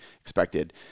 expected